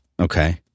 Okay